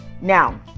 Now